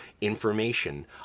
information